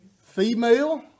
Female